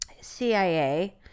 CIA